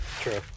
True